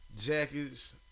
jackets